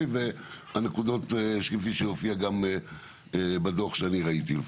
והנקודות כפי שהופיעו גם בדוח שאני ראיתי.